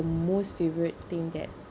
most favorite thing that